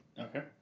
Okay